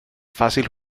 fácil